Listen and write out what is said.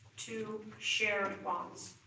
two shared bonds.